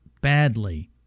badly